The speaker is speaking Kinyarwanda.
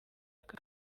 aka